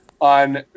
on